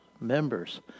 members